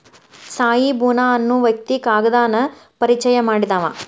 ತ್ಸಾಯಿ ಬುನಾ ಅನ್ನು ವ್ಯಕ್ತಿ ಕಾಗದಾನ ಪರಿಚಯಾ ಮಾಡಿದಾವ